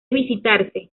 visitarse